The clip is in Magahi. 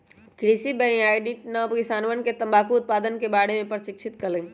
कृषि वैज्ञानिकवन ने किसानवन के तंबाकू उत्पादन के बारे में प्रशिक्षित कइल